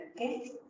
Okay